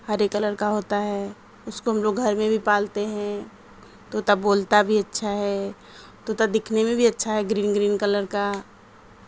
ہرے کلر کا ہوتا ہے اس کو ہم لوگ گھر میں بھی پالتے ہیں طوطا بولتا بھی اچھا ہے طوطا دکھنے میں بھی اچھا ہے گرین گرین کلر کا